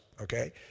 okay